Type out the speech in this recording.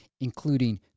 including